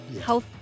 health